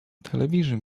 television